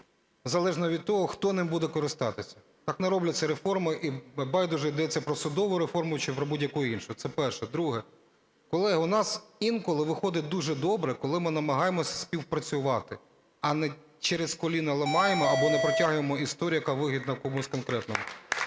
залежно від того, хто ним буде користатися. Так не робляться реформи і байдуже, йдеться про судову реформу чи про будь-яку інше. Це перше. Друге. Колеги, у нас інколи виходить дуже добре, коли ми намагаємося співпрацювати, а не через коліно ламаємо або не протягуємо історію, яка вигідна комусь конкретно.